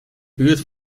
buurt